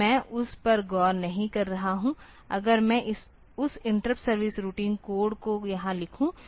तो मैं उस पर गौर नहीं कर रहा हूं अगर मैं उस इंटरप्ट सर्विस रूटीन कोड को यहां लिखूं